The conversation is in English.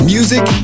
Music